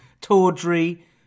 tawdry